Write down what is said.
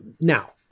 now